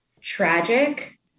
tragic